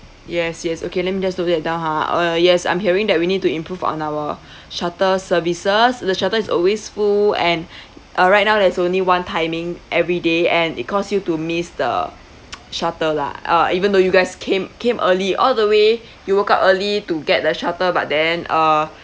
yes yes okay let me just note that down ha uh yes I'm hearing that we need to improve on our shuttle services the shuttle is always full and uh right now there's only one timing every day and it cause you to miss the shuttle lah uh even though you guys came came early all the way you woke up early to get the shuttle but then uh